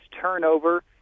turnover